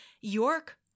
York